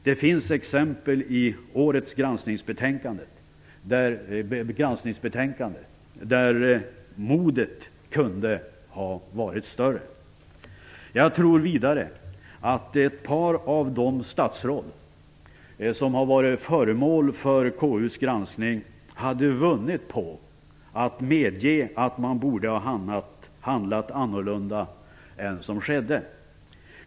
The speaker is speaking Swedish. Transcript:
Det finns exempel i årets granskningsbetänkande där modet kunde ha varit större Jag tror vidare att ett par av de statsråd som har varit föremål för KU:s granskning hade vunnit på att medge att man borde ha handlat annorlunda än som skedde.